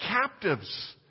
captives